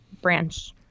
branch